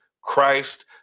Christ